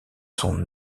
son